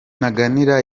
ntaganira